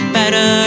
better